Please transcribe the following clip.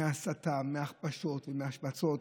מההסתה, מהכפשות ומהשמצות.